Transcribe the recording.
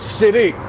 city